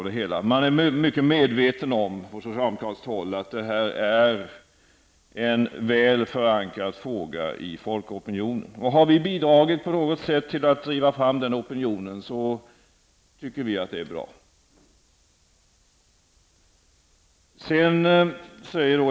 På socialdemokratiskt håll är man mycket medveten om att detta är en i folkopinionen väl förankrad fråga. Vi tycker att det är bra om vi på något sätt har bidragit till att driva fram den opinionen.